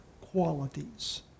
qualities